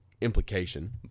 implication